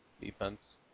defense